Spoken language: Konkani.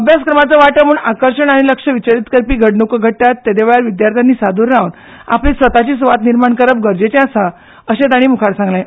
अभ्यासक्रमाचो वांटो म्हण आकर्शण आनी लक्ष विचलित करपी घडणूको घडटात तेवेळार विद्यार्थ्यांनी सादूर रावन आपली स्वताची सुवात निर्माण करप गरजचें आसा अशेंय तांणी मुखार सांगलें